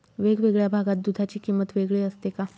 वेगवेगळ्या भागात दूधाची किंमत वेगळी असते का?